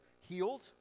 healed